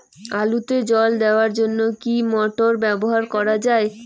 আলুতে জল দেওয়ার জন্য কি মোটর ব্যবহার করা যায়?